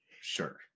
Sure